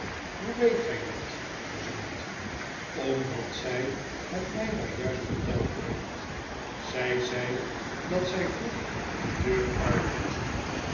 hoe weet gy dat gezant omdat zy het mij daar juist verteld heeft zy zei datzy vroeg dedeur uit moest